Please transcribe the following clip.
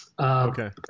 Okay